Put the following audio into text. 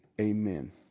amen